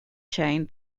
chain